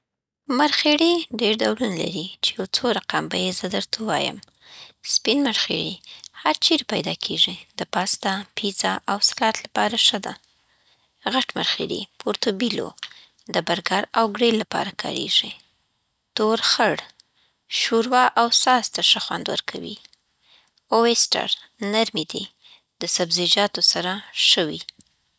مرخیری دیر دولونه لړی چی یو سو رقم به یی زه درته ووایم: سپین مرخېړۍ هرچیرې پیدا کېږي، د پاستا، پیزا او سالاد لپاره ښه ده. غټه مرخېړۍ پورټوبیلو د برګر او ګریل لپاره کارېږي. تور خړ شوروا او ساس ته ښه خوند ورکوي. اوېستر نرمې دي، د سبزیجاتو سره ښه وی.